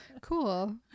cool